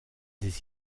des